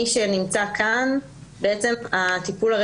אני